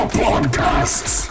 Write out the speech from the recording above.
podcasts